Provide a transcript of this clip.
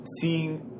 seeing